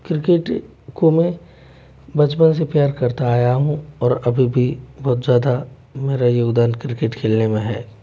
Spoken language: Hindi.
क्रिकेट को बचपन से प्यार करता आया हूँ और अभी भी बहुत ज़्यादा मेरा योगदान क्रिकेट खेलने में है